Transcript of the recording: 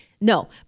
No